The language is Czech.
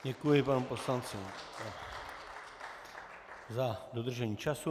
Děkuji, pane poslanče, za dodržení času.